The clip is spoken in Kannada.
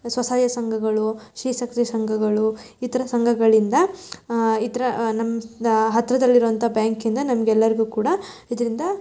ಸ್ವಸಹಾಯ ಸಂಘಗಳು ಶ್ರೀಶಕ್ತಿ ಸಂಘಗಳು ಈ ಥರ ಸಂಘಗಳಿಂದ ಈ ಥರ ನಮ್ಮ ಹತ್ತಿದಲ್ಲಿರುವಂಥ ಬ್ಯಾಂಕಿಂದ ನಮ್ಗೆ ಎಲ್ಲರಿಗೂ ಕೂಡ ಇದರಿಂದ